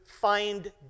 find